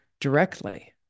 directly